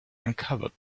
uncovered